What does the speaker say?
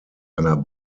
einer